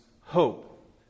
hope